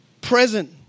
present